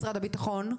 משרד הביטחון,